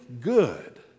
good